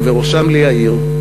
ובראשם ליאיר: